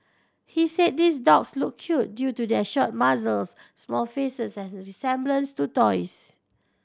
he said these dogs look cute due to their short muzzles small faces and resemblance to toys